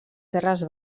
terres